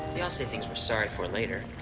we all say things we're sorry for later.